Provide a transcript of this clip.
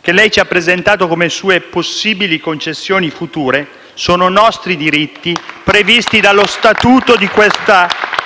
che lei ci ha presentato come sue possibili concessioni future, sono nostri diritti previsti dal Regolamento